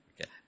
Okay